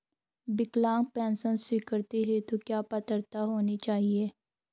विकलांग पेंशन स्वीकृति हेतु क्या पात्रता होनी चाहिये?